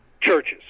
Churches